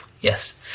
Yes